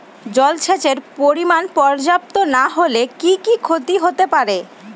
জলসেচের পরিমাণ পর্যাপ্ত না হলে কি কি ক্ষতি হতে পারে?